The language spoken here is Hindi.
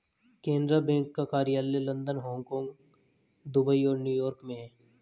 केनरा बैंक का कार्यालय लंदन हांगकांग दुबई और न्यू यॉर्क में है